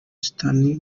stanley